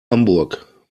hamburg